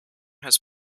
has